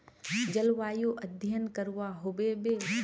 जलवायु अध्यन करवा होबे बे?